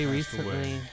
recently